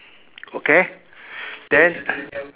okay then